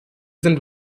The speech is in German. sind